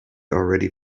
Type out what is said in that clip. already